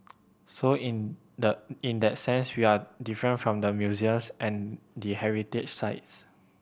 so in the in that sense we are different from the museums and the heritage sites